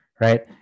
right